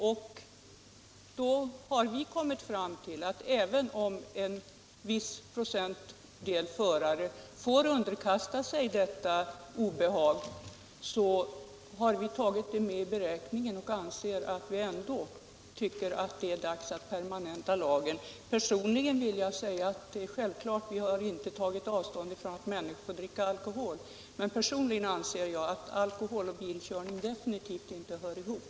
Majoriteten har kommit fram till att även om en viss procentandel förare får underkasta sig detta obehag är det dags att permanenta lagen. Vi har ju inte tagit avstånd från att människor dricker alkohol, men = Nr 49 personligen anser jag att alkohol och bilkörning absolut inte hör ihop.